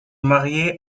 mariée